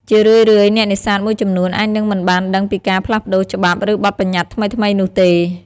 ជារឿយៗ អ្នកនេសាទមួយចំនួនអាចនឹងមិនបានដឹងពីការផ្លាស់ប្តូរច្បាប់ ឬបទប្បញ្ញត្តិថ្មីៗនោះទេ។